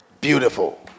Beautiful